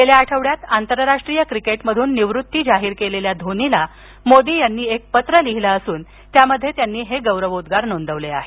गेल्या आठवड्यात आंतरराष्ट्रीय क्रिकेटमधून निवृत्ती जाहीर केलेल्या धोनीला मोदी यांनी एक पत्र लिहिलं असून त्यामध्ये त्यांनी हे गौरवोद्वार नोंदविले आहेत